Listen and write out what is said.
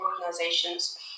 organizations